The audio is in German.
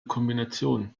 kombination